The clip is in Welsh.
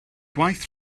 gwaith